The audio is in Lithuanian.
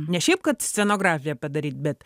ne šiaip kad scenografiją padaryt bet